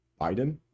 Biden